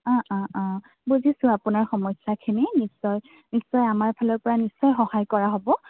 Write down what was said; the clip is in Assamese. অঁ অঁ অঁ বুজিছোঁ আপোনাৰ সমস্যাখিনি নিশ্চয় নিশ্চয় আমাৰ ফালৰপৰা নিশ্চয় সহায় কৰা হ'ব